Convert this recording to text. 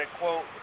quote